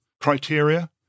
criteria